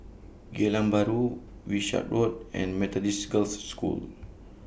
Geylang Bahru Wishart Road and Methodist Girls' School